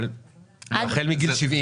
אבל החל מגיל 70?